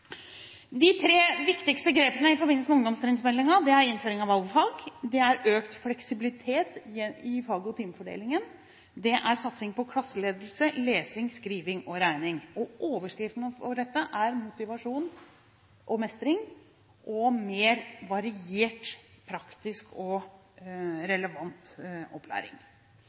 De tre viktigste grepene i forbindelse med ungdomstrinnsmeldingen er innføring av valgfag, økt fleksibilitet i fag- og timefordelingen og satsing på klasseledelse, lesing, skriving og regning. Overskriften over dette er motivasjon og mestring og mer variert praktisk og relevant opplæring.